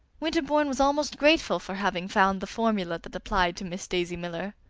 winterbourne was almost grateful for having found the formula that applied to miss daisy miller.